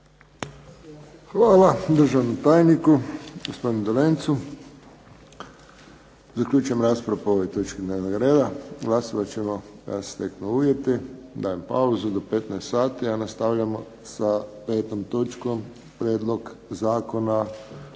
Hvala državnom tajniku gospodinu Dolencu. Zaključujem raspravu po ovoj točki dnevnog reda. Glasovat ćemo kada se steknu uvjeti. Dajem pauzu do 15 sati, a nastavljamo sa 5. točkom Prijedlog zakona,